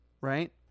Right